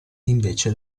invece